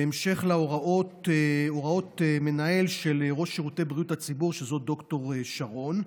בהמשך להוראות המינהל של ראש שירותי בריאות הציבור ד"ר שרון,